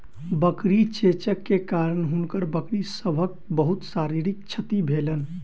बकरी चेचक के कारण हुनकर बकरी सभक बहुत शारीरिक क्षति भेलैन